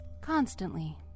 Constantly